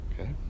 Okay